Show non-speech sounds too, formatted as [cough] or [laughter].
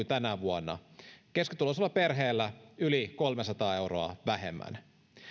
[unintelligible] tänä vuonna keskituloisella perheellä yli kolmesataa euroa vähemmän